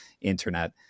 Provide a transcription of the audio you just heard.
Internet